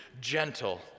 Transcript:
gentle